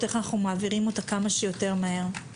איך אנחנו מעבירים אותה כמה שיותר מהר.